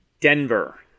denver